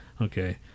Okay